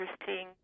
interesting